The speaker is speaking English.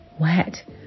Wet